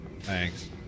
Thanks